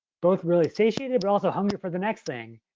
both really satiated, but also hungry for the next thing.